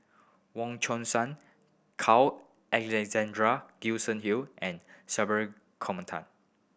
Wong Chong San Carl Alexander Gibson Hill and Gopinathan